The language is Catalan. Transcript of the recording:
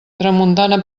tramuntana